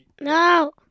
No